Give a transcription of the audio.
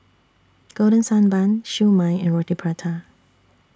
Golden Sand Bun Siew Mai and Roti Prata